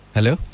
Hello